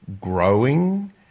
growing